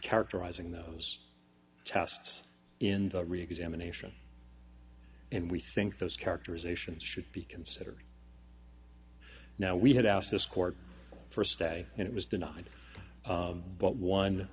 characterizing those tests in the reexamination and we think those characterizations should be considered now we had asked this court for a study and it was denied but one